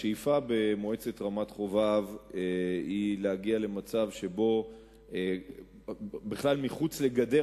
השאיפה במועצת רמת-חובב היא להגיע למצב שבו מחוץ לגדר